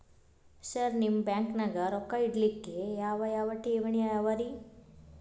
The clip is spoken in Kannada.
ಸರ್ ನಿಮ್ಮ ಬ್ಯಾಂಕನಾಗ ರೊಕ್ಕ ಇಡಲಿಕ್ಕೆ ಯಾವ್ ಯಾವ್ ಠೇವಣಿ ಅವ ರಿ?